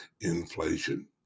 Inflation